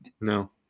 No